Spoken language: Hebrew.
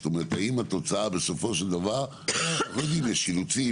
זאת אומרת האם התוצאה בסופו של דבר נגיד יש אילוצים,